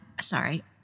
sorry